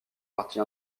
partie